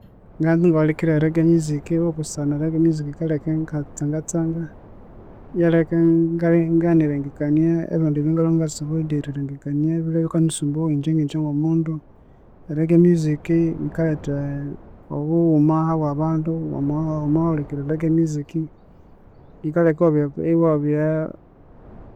Nganza ingahulikirira e ragae music, obusana ragae music yikaleka ingatsangatsanga, iyaleka inga ingaghana erilengekania ebindi ebyangalwe ngalengekania ebilwe bikanyisumbugha ingye ngingye ngomundu. A ragae music yikaletha obughuma habwabandu wama wamahulikirira e ragae music yikaleka iwa- iwabya